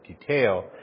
detail